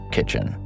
Kitchen